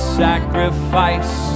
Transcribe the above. sacrifice